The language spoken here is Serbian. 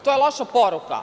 To je loša poruka.